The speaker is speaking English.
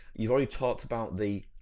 you've already talked about the,